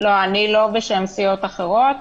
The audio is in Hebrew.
אני לא בשם סיעות אחרות.